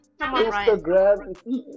Instagram